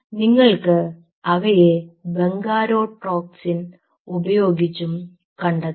നിങ്ങൾക്ക് അവയെ ബംഗാരോട്ടോക്സിൻ ഉപയോഗിച്ചും കണ്ടെത്താം